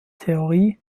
theorie